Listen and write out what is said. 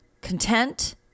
content